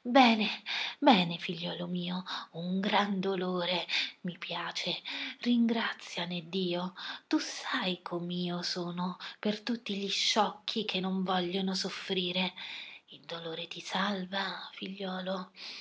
bene bene figliuolo mio un gran dolore mi piace ringraziane dio tu sai com'io sono per tutti gli sciocchi che non vogliono soffrire il dolore ti salva figliuolo